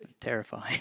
Terrifying